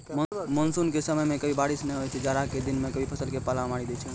monsoon के समय मॅ कभी बारिश नाय होय छै, जाड़ा के दिनों मॅ कभी फसल क पाला मारी दै छै